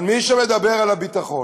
אבל מי שמדבר על הביטחון